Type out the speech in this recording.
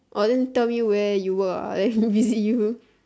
orh then tell me where you work ah I go visit you